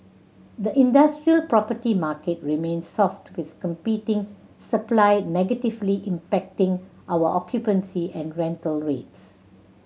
the industrial property market remains soft with competing supply negatively impacting our occupancy and rental rates